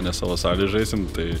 ne savo salėj žaisim tai